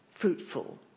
fruitful